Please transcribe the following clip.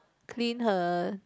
clean her